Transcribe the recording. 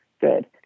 good